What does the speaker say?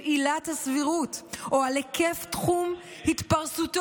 של עילת הסבירות, או על היקף תחום התפרסותו.